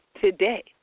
today